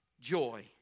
joy